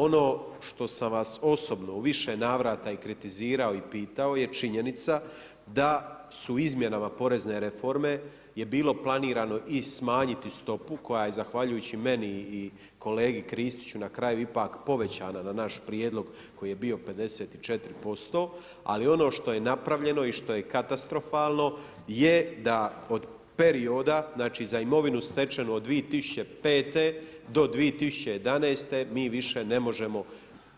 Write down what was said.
Ono što sam vas osobno u više navrata i kritizirao i pitao je činjenica da su izmjenama porezne reforme bilo planirano i smanjiti stopu koja je zahvaljujući meni i kolegi Kristiću na kraju ipak povećana na naš prijedlog koji je bio 54%, ali ono što je napravljeno i što je katastrofalno je da od perioda, znači za imovinu stečenu od 2005. do 2011. mi više ne možemo